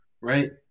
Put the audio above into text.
Right